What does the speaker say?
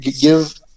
give